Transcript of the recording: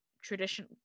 tradition